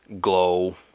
glow